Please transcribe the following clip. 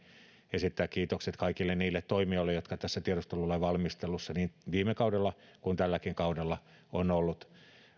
esittää kiitokset kaikille niille toimijoille jotka tässä tiedustelulain valmistelussa niin viime kaudella kuin tälläkin kaudella ovat olleet